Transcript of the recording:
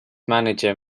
manager